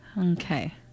Okay